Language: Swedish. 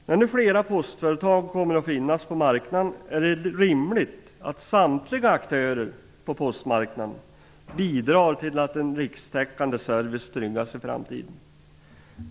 När flera postföretag kommer att finnas på marknaden är det rimligt att samtliga aktörer på postmarknaden bidrar till att en rikstäckande service tryggas i framtiden.